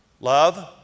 Love